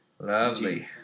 lovely